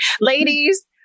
Ladies